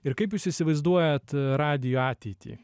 ir kaip jūs įsivaizduojat radijo ateitį